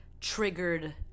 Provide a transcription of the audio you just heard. triggered